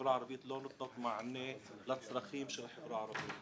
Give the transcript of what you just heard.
בחברה הערבית לא נותנות מענה לצרכים של החברה הערבית